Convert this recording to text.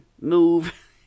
move